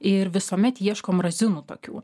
ir visuomet ieškom razinų tokių